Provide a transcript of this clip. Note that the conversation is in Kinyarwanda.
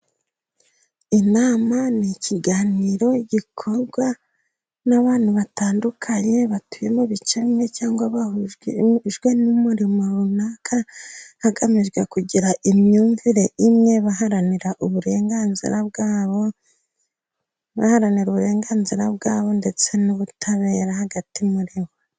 Inama ni ikiganiro gikorwa n'abantu batandukanye batuye mu bice cyangwa bahujwe n'umurimo runaka hagamijwe kugira imyumvire imwe baharanira uburenganzira bwabo, baharanira uburenganzira bwabo ndetse n'ubutabera hagati muri bo.